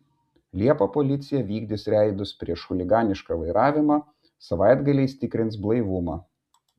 liepą policija vykdys reidus prieš chuliganišką vairavimą savaitgaliais tikrins blaivumą